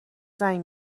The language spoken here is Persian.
زنگ